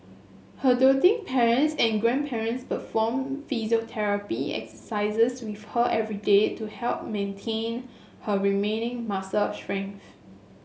her doting parents and grandparents perform physiotherapy exercises with her every day to help maintain her remaining muscle strength